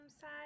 side